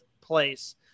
place